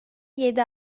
yedi